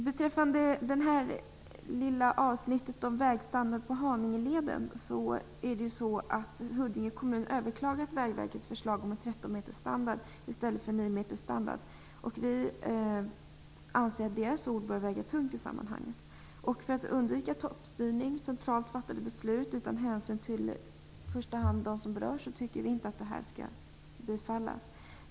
Beträffande det lilla avsnittet om Haningeledens vägstandard har ju Huddinge kommun överklagat Vägverkets förslag om en 13-metersstandard i stället för en 9-metersstandard. Vi anser att deras ord bör väga tungt i detta sammanhang. För att undvika toppstyrning och centralt fattade beslut utan hänsyn till i första hand dem som berörs skall inte detta, menar vi, bifallas.